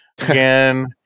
again